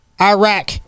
Iraq